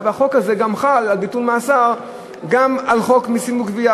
והחוק הזה חל גם על פקודת המסים (גבייה).